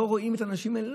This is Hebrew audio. לא רואים את האנשים האלה,